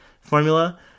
formula